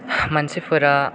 मानसिफोरा